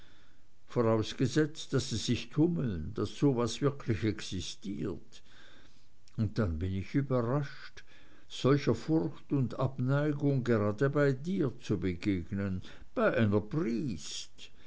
vorausgesetzt daß sie sich tummeln daß so was wirklich existiert und dann bin ich überrascht solcher furcht und abneigung gerade bei dir zu begegnen bei einer briest